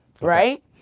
Right